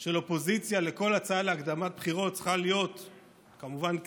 של האופוזיציה על כל הצעה להקדמת בחירות צריכה להיות כמובן כן,